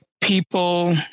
people